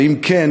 2. אם כן,